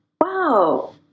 wow